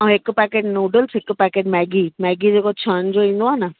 ऐं हिकु packet noodles हिकु पैकेट मैगी मैगी जेको छहनि जो ईंदो आहे न